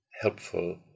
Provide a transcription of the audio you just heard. helpful